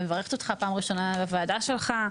אני מברכת אותך, בפעם הראשונה, על הוועדה שלך,